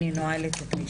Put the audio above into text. אני נועלת את הישיבה.